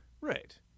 Right